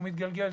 שהוא מתגלגל.